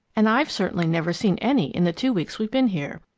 and i've certainly never seen any in the two weeks we've been here.